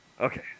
okay